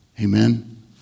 Amen